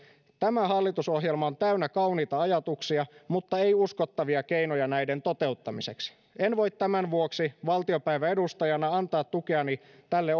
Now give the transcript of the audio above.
tämä hallitusohjelma on täynnä kauniita ajatuksia mutta ei uskottavia keinoja näiden toteuttamiseksi en voi tämän vuoksi valtiopäiväedustajana antaa tukeani tälle